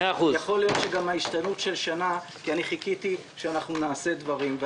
יכול להיות שגם ההשתנוּת של שנה כי אני חיכיתי שאנחנו נעשה דברים.